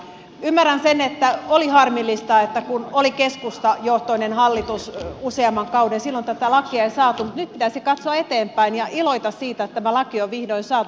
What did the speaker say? ymmärrän sen että oli harmillista että kun oli keskustajohtoinen hallitus useamman kauden silloin tätä lakia ei saatu mutta nyt pitäisi katsoa eteenpäin ja iloita siitä että tämä laki on vihdoin saatu